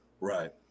Right